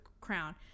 crown